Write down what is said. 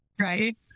right